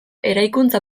eraikuntza